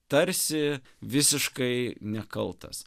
tarsi visiškai nekaltas